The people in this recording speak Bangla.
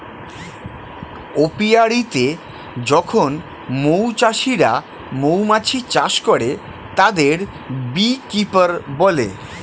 অপিয়া রীতে যখন মৌ চাষিরা মৌমাছি চাষ করে, তাদের বী কিপার বলে